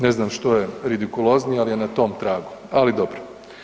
Ne znam što je ridikuloznije, al je na tom tragu, ali dobro.